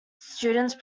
student